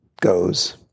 goes